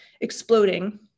exploding